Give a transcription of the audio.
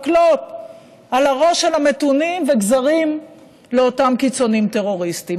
מקלות על הראש של המתונים וגזרים לאותם קיצונים טרוריסטים.